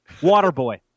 Waterboy